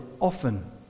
often